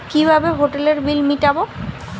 কিভাবে হোটেলের বিল মিটাব?